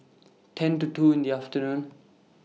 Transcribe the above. ten to two in The afternoon